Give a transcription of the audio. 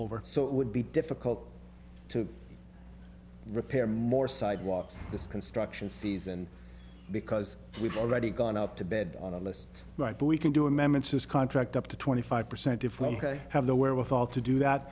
over so it would be difficult to repair more sidewalks this construction season because we've already gone up to bed on our list right but we can do amendments this contract up to twenty five percent if we have the wherewithal to do that